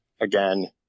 again